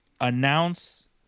Announce